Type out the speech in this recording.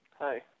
Hi